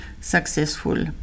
successful